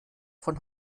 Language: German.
von